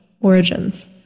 origins